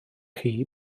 chi